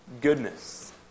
goodness